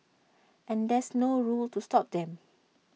and there's no rule to stop them